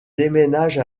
déménage